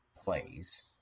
plays